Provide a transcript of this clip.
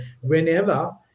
whenever